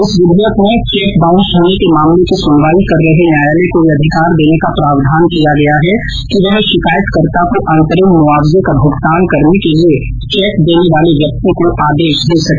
इस विधेयक में चैंक बांउस होने के मामले की सुनवाई कर रहे न्यायालय को यह अधिकार देने का प्रावधान किया गया है कि वह शिकायतकर्ता को अंतरिम मुआवजे का भुगतान करने के लिए चैंक देने वाले व्यक्ति को आदेश दे सके